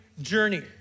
journey